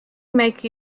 make